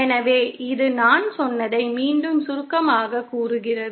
எனவே இது நான் சொன்னதை மீண்டும் சுருக்கமாகக் கூறுகிறது